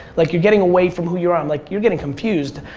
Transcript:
like, you're getting away from who you are. i'm like, you're getting confused.